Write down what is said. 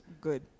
Good